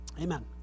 Amen